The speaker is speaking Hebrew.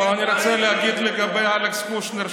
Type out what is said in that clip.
אבל אני רוצה להגיד לגבי אלכס קושניר,